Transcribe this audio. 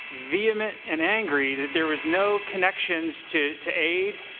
vehement and angry that there was no connections to to aid,